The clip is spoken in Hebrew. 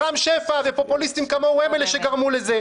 רם שפע ופופוליסטים כמוהו הם אלה שגרמו לזה.